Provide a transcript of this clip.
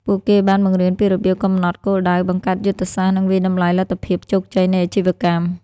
ពួកគេបានបង្រៀនពីរបៀបកំណត់គោលដៅ បង្កើតយុទ្ធសាស្ត្រ និងវាយតម្លៃលទ្ធភាពជោគជ័យនៃអាជីវកម្ម។